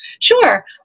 Sure